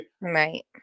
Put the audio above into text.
Right